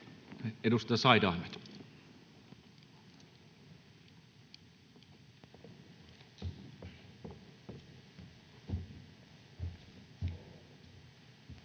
Edustaja Said Ahmed.